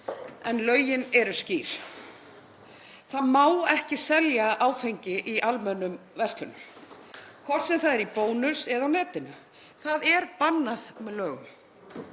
En lögin eru skýr: Það má ekki selja áfengi í almennum verslunum, hvort sem það er í Bónus eða á netinu. Það er bannað með lögum.